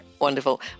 Wonderful